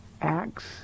acts